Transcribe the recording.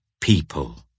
people